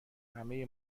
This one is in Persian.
همه